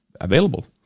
available